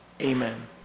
Amen